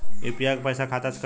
UPI क पैसा खाता से कटी?